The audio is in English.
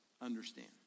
understand